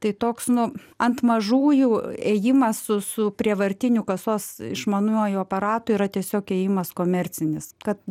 tai toks nu ant mažųjų ėjimas su su prievartiniu kasos išmaniuoju aparatu yra tiesiog ėjimas komercinis kad